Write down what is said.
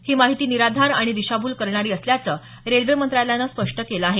ही माहिती निराधार आणि दिशाभूल करणारी असल्याचं रेल्वे मंत्रालयानं स्पष्ट केलं आहे